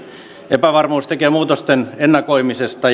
epävarmuus tekee muutosten ennakoimisesta